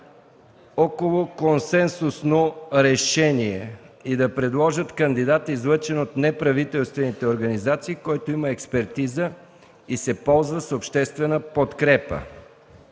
около консенсусно решение и да предложат кандидат, излъчен от неправителствените организации, който има експертиза и се ползва с обществена подкрепа.